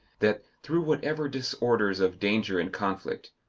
that, through whatever disorders of danger and conflict,